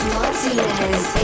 Martinez